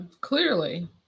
clearly